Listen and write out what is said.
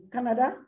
Canada